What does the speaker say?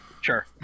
Sure